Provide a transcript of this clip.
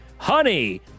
Honey